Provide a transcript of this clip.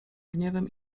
gniewem